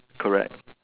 correct